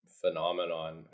phenomenon